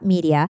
Media